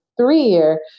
three-year